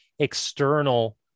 external